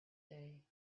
day